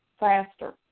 faster